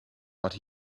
but